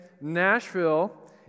Nashville